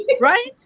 Right